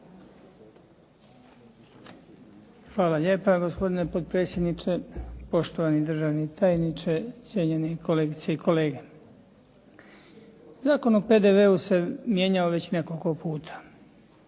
Hvala lijepa. Gospodine potpredsjedniče, poštovani državni tajniče, cijenjeni kolegice i kolege. Zakon o PDV-u se mijenjao već nekoliko puta.